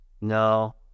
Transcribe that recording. No